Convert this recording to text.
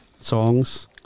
songs